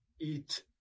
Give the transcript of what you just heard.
eat